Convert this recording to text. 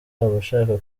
abashaka